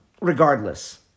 Regardless